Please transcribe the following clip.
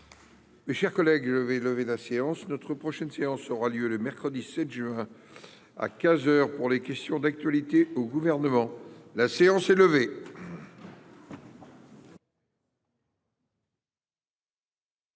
Mes chers collègues, je vais lever la séance, notre prochaine séance aura lieu le mercredi 7 juin. À 15h pour les questions d'actualité au gouvernement. La séance est levée.